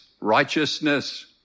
righteousness